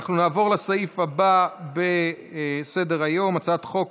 אנחנו נעבור לסעיף הבא בסדר-היום, הצעת חוק